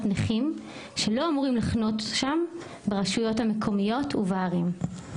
נכים ואינם אמורים לחנות שם ברשויות המקומיות ובערים.